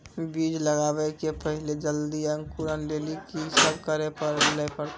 बीज लगावे के पहिले जल्दी अंकुरण लेली की सब करे ले परतै?